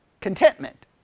Contentment